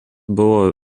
buvo